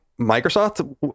Microsoft